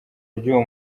ry’uwo